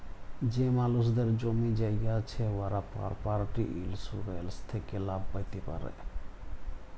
যে মালুসদের জমি জায়গা আছে উয়ারা পরপার্টি ইলসুরেলস থ্যাকে লাভ প্যাতে পারে